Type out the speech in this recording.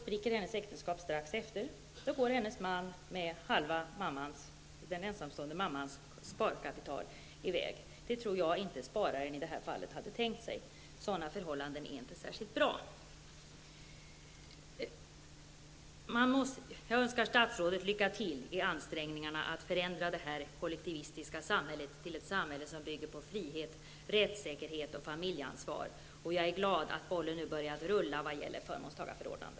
Dotterns äktenskap spricker strax efter dödsfallet, och hennes man har då rätt till den ensamstående mammans halva sparkapital. Jag tror inte att spararen hade tänkt sig att så skulle bli fallet. Sådana förhållanden är inte särskilt bra. Jag önskar statsrådet lycka till i ansträngningarna att förändra detta kollektivistiska samhälle till ett samhälle som bygger på frihet, rättssäkerhet och familjeansvar. Jag är glad att bollen nu börjat rulla i vad gäller förmånstagarförordnande.